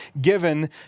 given